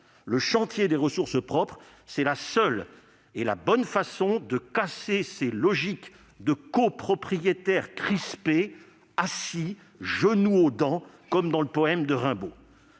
Le chantier des ressources propres, c'est la seule et la bonne manière de casser ces logiques de copropriétaires crispés, « assis, genoux aux dents », comme dans le poème de Rimbaud